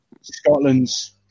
Scotland's